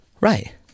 Right